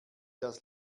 das